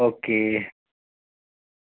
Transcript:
okay